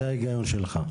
זה ההיגיון שלך.